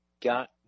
got